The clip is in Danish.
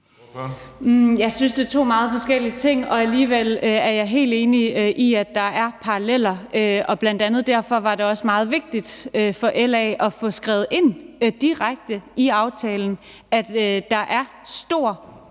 Jeg synes, det er to meget forskellige ting, og alligevel er jeg helt enig i, at der er paralleller. Bl.a. derfor var det også meget vigtigt for LA at få skrevet ind direkte i aftalen, at der er stor usikkerhed